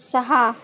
सहा